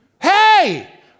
Hey